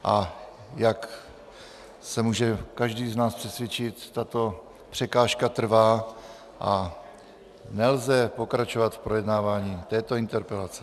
A jak se může každý z nás přesvědčit, tato překážka trvá a nelze pokračovat v projednávání této interpelace.